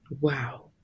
Wow